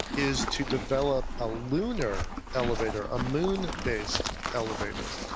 is to develop a lunar elevator, a moon-based elevator.